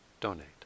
donate